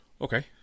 okay